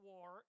War